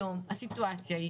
היום הסיטואציה היא